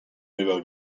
meva